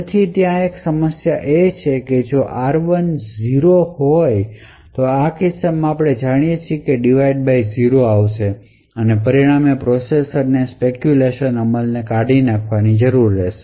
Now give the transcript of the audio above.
તેથી ત્યાં એક સમસ્યા હશે જે જો r1 0 ની બરાબર થાય તો આવી સ્થિતિમાં આપણે જાણીએ છીએ કે divide by zero આવશે અને પરિણામે પ્રોસેસર ને સ્પેકયુલેશનઅમલને કાઢી નાખવાની જરૂર રહેશે